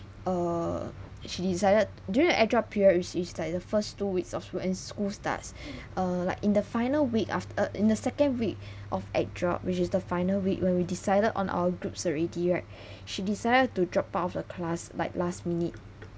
err she decided during the add drop period which is like the first two weeks of school when school starts uh like in the final week aft~ uh in the second week of add drop which is the final week when we decided on our groups already right she decided to drop out of the class like last minute